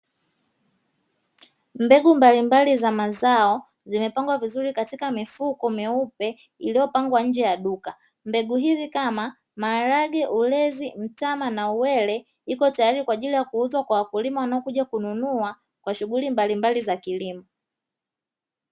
Mbegu mbalimbali za mazao zimepangwa vizuri katika mifuko meupe, iliyopangwa nje ya duka. Mbegu hizi kama: maharage, ulezi, mtama na uwele, iko tayari kwa ajili ya kuuzwa kwa wakulima wanaokuja kununua kwa shughuli mbalimbali za kilimo.